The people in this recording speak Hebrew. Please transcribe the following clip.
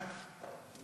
אשכרה.